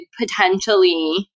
potentially